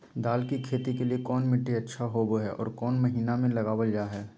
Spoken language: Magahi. दाल की खेती के लिए कौन मिट्टी अच्छा होबो हाय और कौन महीना में लगाबल जा हाय?